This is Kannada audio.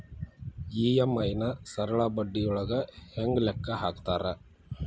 ಇ.ಎಂ.ಐ ನ ಸರಳ ಬಡ್ಡಿಯೊಳಗ ಹೆಂಗ ಲೆಕ್ಕ ಹಾಕತಾರಾ